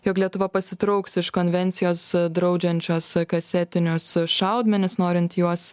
jog lietuva pasitrauks iš konvencijos draudžiančios kasetinius šaudmenis norint juos